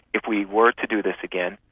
if we were to do this again,